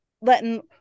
letting